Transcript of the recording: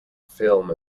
film